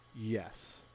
yes